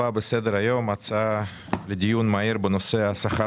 על סדר היום הצעה לדיון מהיר בנושא: "השכר